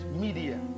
media